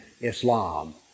Islam